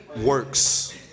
Works